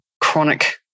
chronic